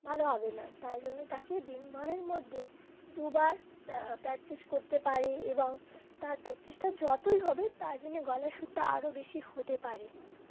ভালো হবে না তাই জন্যে তাকে দিনভরের মধ্যে দুবার প্র্যাকটিস করতে পারে এবং তার প্র্যাকটিসটা যতই হবে তার জন্যে গলা সুুরটা আরও বেশি হতে পারে